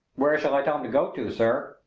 where shall i tell him to go to, sir?